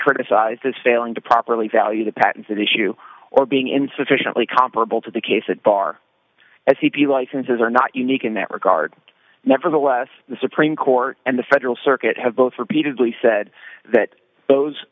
criticised as failing to properly value the patents that issue or being insufficiently comparable to the case at far as he'd be licenses are not unique in that regard nevertheless the supreme court and the federal circuit have both repeatedly said that those